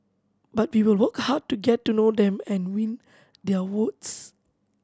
but we will work hard to get to know them and win their votes